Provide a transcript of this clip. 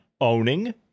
owning